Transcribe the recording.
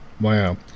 Wow